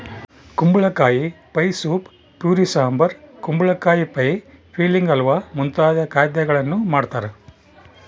ಕುಂಬಳಕಾಯಿ pie soup puree sambar ಕುಂಬಳಕಾಯಿ pie filling halwa ಮುಂತಾದ ಖಾದ್ಯಗಳನ್ನು ಮಾಡ್ತಾರ